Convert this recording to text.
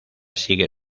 sigue